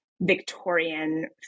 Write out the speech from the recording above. victorian